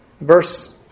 Verse